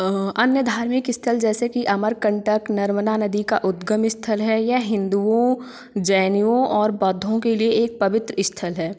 अन्य धार्मिक स्थल जैसे कि अमरकंटक नर्मदा नदी का उदगम स्थल है यह हिंदुओं जैनियों और बौद्धों के लिए पवित्र स्थल है